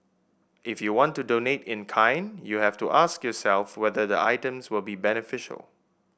if you want to donate in kind you have to ask yourself whether the items will be beneficial